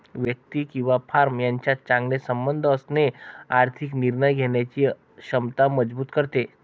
व्यक्ती किंवा फर्म यांच्यात चांगले संबंध असणे आर्थिक निर्णय घेण्याची क्षमता मजबूत करते